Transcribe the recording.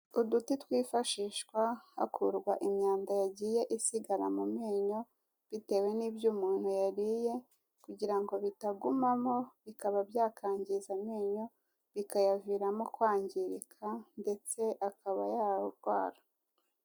Uduti twifashishwa hakurwa imyanda yagiye isigara mu menyo, bitewe n'ibyo umuntu yariye kugira ngo bitagumamo bikaba byakangiza amenyo bikayaviramo kwangirika ndetse akaba yarwara.